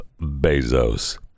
Bezos